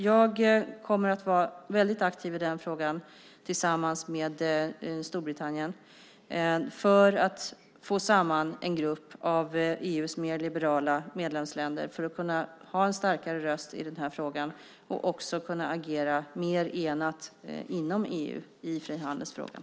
Jag kommer att vara väldigt aktiv i den här frågan tillsammans med Storbritannien för att få samman en grupp av EU:s mer liberala medlemsländer, för att vi ska kunna ha en starkare röst i den här frågan och kunna agera mer enat inom EU i frihandelsfrågan.